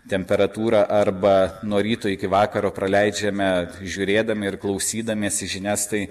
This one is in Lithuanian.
temperatūrą arba nuo ryto iki vakaro praleidžiame žiūrėdami ir klausydamiesi žinias tai